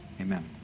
amen